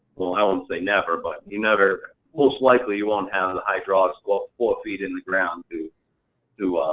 well, i won't say never, but you never, most likely you won't have the hydraulics go ah four feet in the ground to to